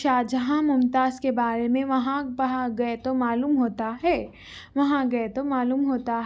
شاہ جہاں ممتاز کے بارے میں وہاں وہاں گئے تو معلوم ہوتا ہے وہاں گئے تو معلوم ہوتا